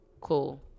Cool